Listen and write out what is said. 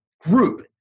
group